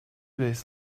days